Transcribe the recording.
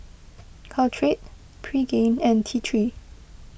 Caltrate Pregain and T three